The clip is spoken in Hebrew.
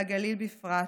והגליל בפרט.